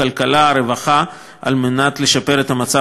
הכלכלה והרווחה על מנת לשפר את המצב